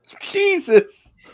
Jesus